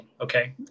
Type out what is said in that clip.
okay